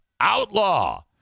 outlaw